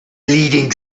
leading